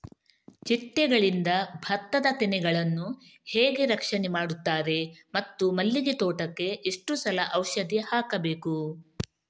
ಚಿಟ್ಟೆಗಳಿಂದ ಭತ್ತದ ತೆನೆಗಳನ್ನು ಹೇಗೆ ರಕ್ಷಣೆ ಮಾಡುತ್ತಾರೆ ಮತ್ತು ಮಲ್ಲಿಗೆ ತೋಟಕ್ಕೆ ಎಷ್ಟು ಸಲ ಔಷಧಿ ಹಾಕಬೇಕು?